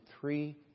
three